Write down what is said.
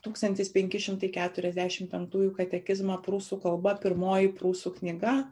tūkstantis penki šimtai keturiasdešimt penktųjų katekizmą prūsų kalba pirmoji prūsų knyga